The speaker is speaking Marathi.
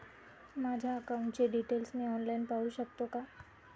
माझ्या अकाउंटचे डिटेल्स मी ऑनलाईन पाहू शकतो का?